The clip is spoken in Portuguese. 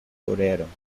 correram